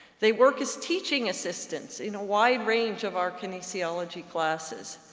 they work as teaching assistants in a wide range of our kinesiology classes.